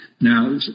Now